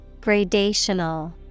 Gradational